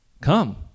Come